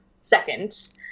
second